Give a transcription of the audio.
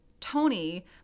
Tony